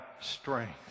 strength